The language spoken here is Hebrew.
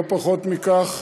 לא פחות מכך.